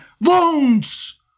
loans